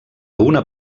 una